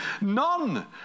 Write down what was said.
None